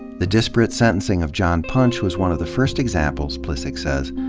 the disparate sentencing of john punch was one of the first examples, plihcik says,